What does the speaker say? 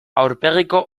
aurpegiko